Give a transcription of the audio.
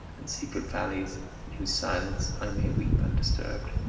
and secret valleys in whose silence i may weep undisturbed.